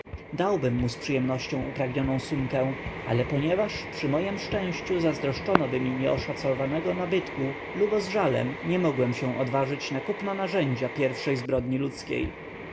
mu z przyjemnością upragnioną sumkę ale ponieważ przy mojem szczęściu zazdroszczonoby mi nieoszacowanego nabytku lubo z żalem nie mogłem się odważyć na kupno narzędzia pierwszej zbrodni ludzkiej